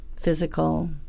physical